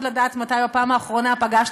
אתה כחבר כנסת עומד כאן ומזלזל בחברת כנסת,